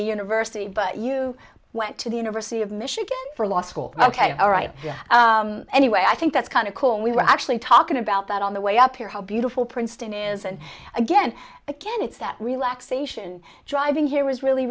the university but you went to the university of michigan for law school ok all right anyway i think that's kind of cool we were actually talking about that on the way up here how beautiful princeton is and again again it's that relaxation driving here is really